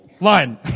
Line